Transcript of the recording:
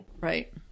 Right